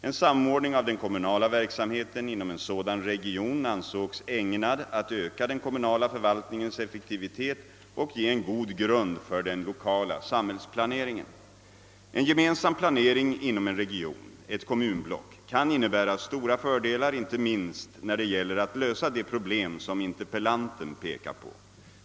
En samordning av den kommunala verksamheten inom en sådan region ansågs ägnad att öka den kommunala förvaltningens effektivitet och ge en god grund för den lokala samhällsplaneringen. En gemensam planering inom en region — ett kommunblock — kan innebära stora fördelar inte minst när det gäller att lösa de problem som interpellanten pekar på.